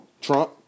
Trump